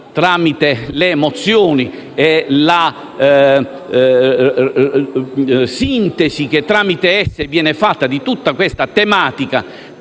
tramite le mozioni e la sintesi che in esse viene fatta di tutta questa tematica,